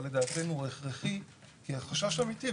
אבל לדעתנו הוא הכרחי כי החשש הוא אמיתי.